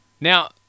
Now